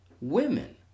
women